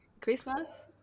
christmas